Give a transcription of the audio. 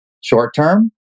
short-term